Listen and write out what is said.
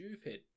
stupid